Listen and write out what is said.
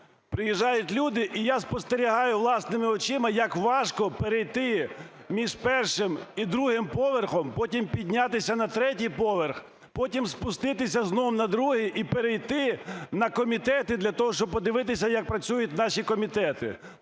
Приїжджають люди і я спостерігаю власними очима як важко перейти між першим і другим поверхом, потім піднятися на третій поверх, потім спуститися знову на другий і перейти на комітети для того, щоб подивитися, як працюють наші комітети.